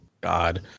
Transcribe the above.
God